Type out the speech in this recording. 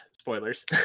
Spoilers